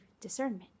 discernment